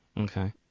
Okay